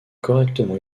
correctement